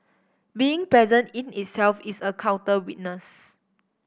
being present in itself is a counter witness